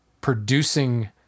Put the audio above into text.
producing